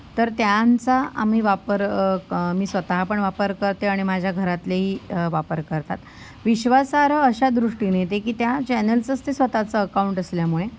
तर त्यांचा आम्ही वापर क आम्ही स्वतः पण वापर करते आणि माझ्या घरातलेही वापर करतात विश्वासार्ह अशा दृष्टीने ते की त्या चॅनलचंच ते स्वतःचं अकाऊंट असल्यामुळे